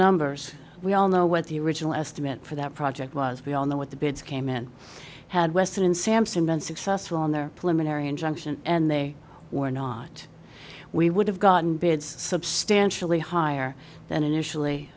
numbers we all know what the original estimate for that project was be on the what the bids came in had west and sampson been successful in their ranks and they were not we would have gotten bids substantially higher than initially